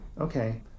Okay